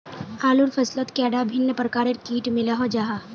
आलूर फसलोत कैडा भिन्न प्रकारेर किट मिलोहो जाहा?